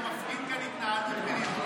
אתה מפגין כאן התנהלות בריונית.